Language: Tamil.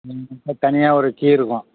ம் அதுக் தனியாக ஒரு கீ இருக்கும்